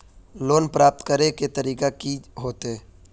Loan प्राप्त करे के तरीका की होते?